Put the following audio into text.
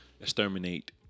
exterminate